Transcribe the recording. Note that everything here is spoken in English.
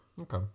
Okay